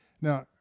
Now